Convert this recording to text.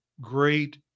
great